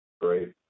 Great